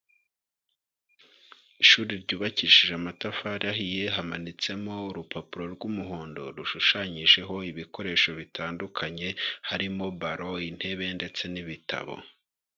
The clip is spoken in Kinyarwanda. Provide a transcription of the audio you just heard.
Ishuri ryubakishije amatafari ahiye hamanitsemo urupapuro rw'umuhondo, rushushanyijeho ibikoresho bitandukanye harimo baro, intebe ndetse n'ibitabo.